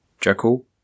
Jekyll